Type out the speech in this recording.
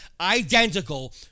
identical